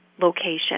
location